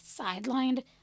sidelined